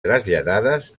traslladades